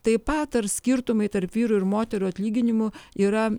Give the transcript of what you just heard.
taip pat ar skirtumai tarp vyrų ir moterų atlyginimų yra